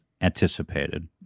anticipated